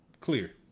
Clear